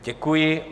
Děkuji.